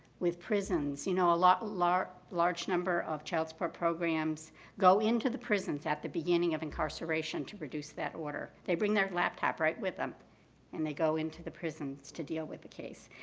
with prisons. you know, ah a large large number of child support programs go into the prisons at the beginning of incarceration to produce that order. they bring their laptop right with them and they go into the prisons to deal with the case.